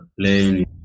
playing